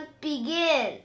begin